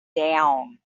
down